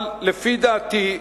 אבל לפי דעתי,